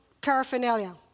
paraphernalia